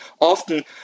often